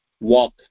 walk